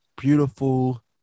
beautiful